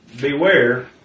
beware